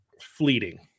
fleeting